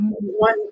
one